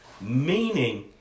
meaning